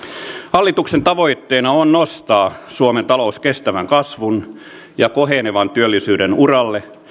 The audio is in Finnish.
hallituksen tavoitteena on nostaa suomen talous kestävän kasvun ja kohenevan työllisyyden uralle